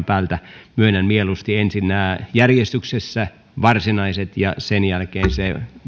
päältä myönnän mieluusti ensin nämä siinä järjestyksessä että ensin varsinaiset ja sen jälkeen se